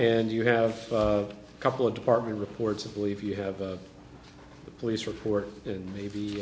and you have a couple of department reports of believe you have the police report and maybe